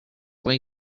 way